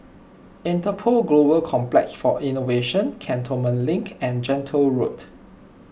Interpol Global Complex for Innovation Cantonment Link and Gentle Road